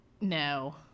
No